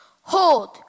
Hold